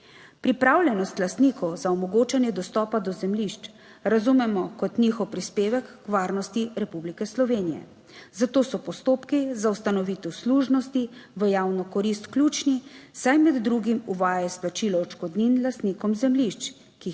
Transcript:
Pripravljenost lastnikov za omogočanje dostopa do zemljišč razumemo kot njihov prispevek k varnosti Republike Slovenije, zato so postopki za ustanovitev služnosti v javno korist ključni, saj med drugim uvaja izplačilo odškodnin lastnikom zemljišč, ki jih